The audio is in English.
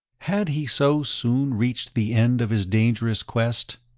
had he so soon reached the end of his dangerous quest?